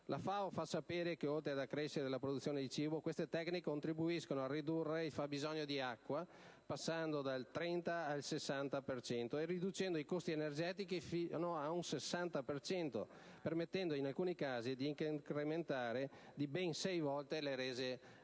La FAO fa sapere che, oltre ad accrescere la produzione di cibo, queste tecniche contribuiscono a ridurre il fabbisogno di acqua del 30 per cento e i costi energetici fino al 60 per cento, permettendo in alcuni casi di incrementare di ben sei volte le rese agricole.